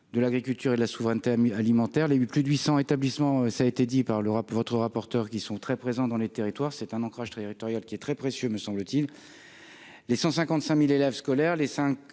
de l'Agriculture et de la souveraineté alimentaire, les plus de 800 établissements, ça a été dit par l'Europe, votre rapporteur qui sont très présents dans les territoires, c'est un ancrage territorial qui est très précieux, me semble-t-il, les 155000 élèves scolaire